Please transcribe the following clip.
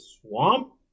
swamp